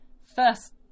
first